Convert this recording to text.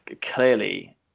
clearly